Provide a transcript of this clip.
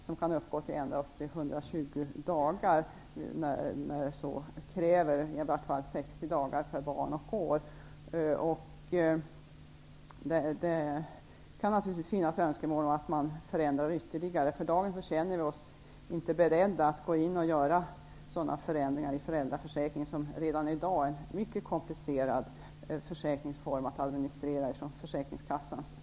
Den kan utgå i ända upp till 120 dagar om så krävs -- i varje fall i 60 dagar per barn och år. Naturligvis kan det finnas önskemål om ytterligare förändringar. Men för dagen är vi inte beredda att göra sådana förändringar i föräldraförsäkringen, vilken redan är en mycket komplicerad form att administrera för Försäkringskassan.